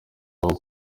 aho